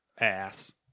Ass